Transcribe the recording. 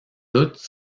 doute